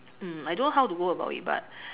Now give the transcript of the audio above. mm I don't know how to go about it but